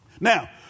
Now